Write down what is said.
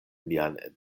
mian